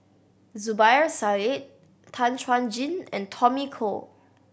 Zubir Said Tan Chuan Jin and Tommy Koh